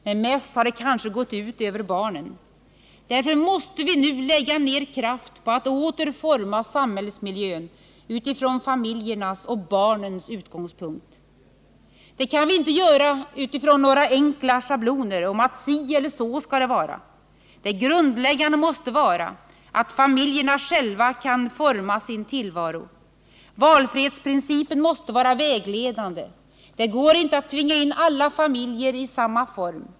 Men mest har det kanske gått ut över barnen. Därför måste vi nu lägga ned kraft på att åter forma samhällsmiljön från familjernas och barnens utgångspunkt. Det kan vi inte göra utifrån några enkla schabloner om att si eller så skall det vara. Det grundläggande måste vara att familjerna själva kan forma sin tillvaro. Valfrihetsprincipen måste vara vägledande. Det går inte att tvinga in alla familjer i samma form.